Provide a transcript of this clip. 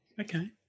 okay